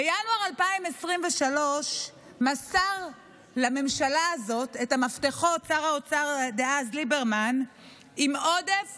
בינואר 2023 מסר לממשלה הזאת את המפתחות שר האוצר דאז ליברמן עם עודף